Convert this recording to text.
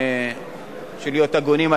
כדי להיות הגונים,